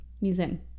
Museum